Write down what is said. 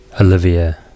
Olivia